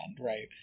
right